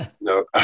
no